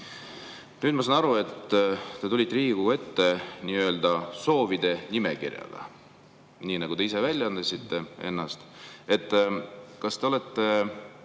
Nüüd ma saan aru, et te tulite Riigikogu ette nii-öelda soovide nimekirjaga, nagu te väljendasite ennast. Kas te olete